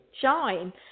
shine